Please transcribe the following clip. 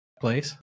place